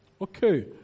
Okay